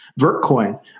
Vertcoin